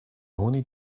only